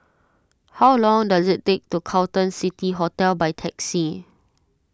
how long does it take to get to Carlton City Hotel by taxi